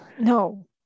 No